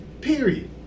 period